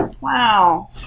Wow